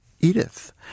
Edith